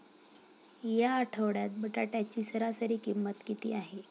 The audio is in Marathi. या आठवड्यात बटाट्याची सरासरी किंमत किती आहे?